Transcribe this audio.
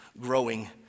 growing